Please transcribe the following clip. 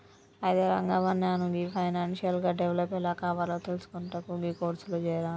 అయితే రంగవ్వ నాను గీ ఫైనాన్షియల్ గా డెవలప్ ఎలా కావాలో తెలిసికొనుటకు గీ కోర్సులో జేరాను